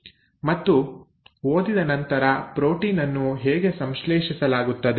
ಮತ್ತು ಓದಿದ ನಂತರ ಪ್ರೋಟೀನ್ ಅನ್ನು ಹೇಗೆ ಸಂಶ್ಲೇಷಿಸಲಾಗುತ್ತದೆ